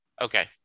okay